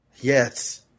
Yes